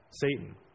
Satan